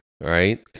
right